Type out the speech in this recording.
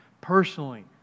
personally